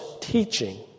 teaching